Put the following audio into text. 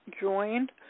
joined